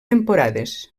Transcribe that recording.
temporades